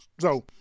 So-